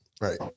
Right